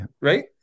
right